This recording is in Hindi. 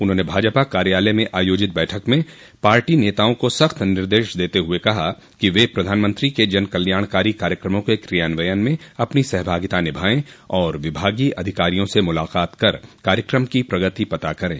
उन्होंने भाजपा कार्यालय में आयोजित बैठक में पार्टी नेताओं को सख़्त निर्देश देते हुए कहा कि वे प्रधानमंत्री के जनकल्याणकारी कार्यक्रमों के क्रियान्वयन में अपनी सहभागिता निभाय और विभागीय अधिकारिया से मुलाकात कर कार्यक्रम की प्रगति पता करें